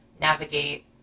navigate